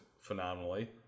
phenomenally